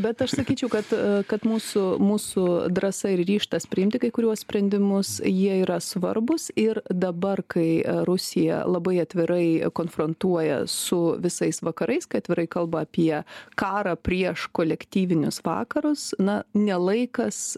bet aš sakyčiau kad kad mūsų mūsų drąsa ir ryžtas priimti kai kuriuos sprendimus jie yra svarbūs ir dabar kai rusija labai atvirai konfrontuoja su visais vakarais kai atvirai kalba apie karą prieš kolektyvinius vakarus na ne laikas